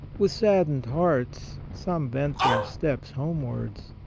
with saddened hearts, some bent their steps homewards,